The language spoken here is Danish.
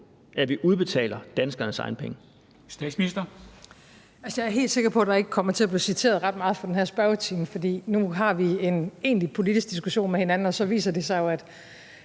13:51 Statsministeren (Mette Frederiksen): Jeg er helt sikker på, at der ikke kommer til at blive citeret ret meget fra den her spørgetime, fordi nu har vi en egentlig politisk diskussion med hinanden, og så viser det sig jo, at